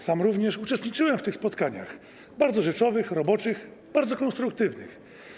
Sam również uczestniczyłem w tych spotkaniach, bardzo rzeczowych, roboczych, bardzo konstruktywnych.